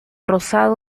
rosado